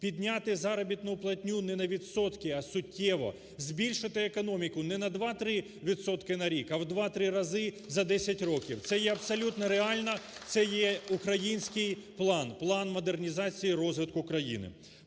підняти заробітну платню не на відсотки, а суттєво. Збільшити економіку не на два-три відсотки на рік, а у два-три рази за 10 років. Це є абсолютно реально, це є український план, план модернізації розвитку країни.